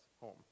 home